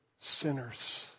sinners